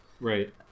Right